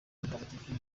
mutagatifu